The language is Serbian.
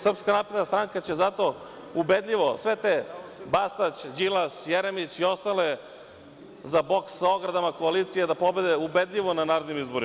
Srpska napredna stranka će zato ubedljivo sve te Bastać, Đilas, Jeremić i ostale za boks sa ogradama koalicije da pobede, ubedljivo, na narednim izborima.